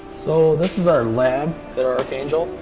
so this is our lab, the archangel.